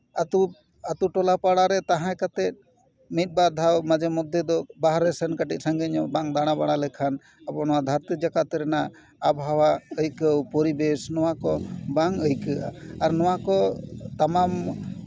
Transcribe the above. ᱟᱛᱳ ᱟᱛᱳ ᱴᱚᱞᱟ ᱯᱟᱲᱟᱨᱮ ᱛᱟᱦᱮᱸ ᱠᱟᱛᱮ ᱢᱤᱫ ᱵᱟᱨ ᱫᱷᱟᱣ ᱢᱟᱡᱷᱮ ᱢᱚᱫᱽᱫᱷᱮ ᱫᱚ ᱵᱟᱦᱨᱮ ᱥᱮᱱ ᱠᱟᱹᱴᱤᱡ ᱥᱟᱝᱜᱮ ᱧᱚᱜ ᱵᱟᱝ ᱫᱟᱬᱟ ᱵᱟᱲᱟ ᱞᱮᱠᱷᱟᱱ ᱟᱵᱚ ᱱᱚᱣᱟ ᱫᱷᱟᱹᱨᱛᱤ ᱡᱟᱠᱟᱛ ᱨᱮᱱᱟᱜ ᱟᱵᱚᱦᱟᱣᱟ ᱟᱹᱭᱠᱟᱹᱣ ᱯᱚᱨᱤᱵᱮᱥ ᱱᱚᱣᱟ ᱠᱚ ᱵᱟᱝ ᱟᱹᱭᱠᱟᱹᱜᱼᱟ ᱟᱨ ᱱᱚᱣᱟ ᱠᱚ ᱛᱟᱢᱟᱢ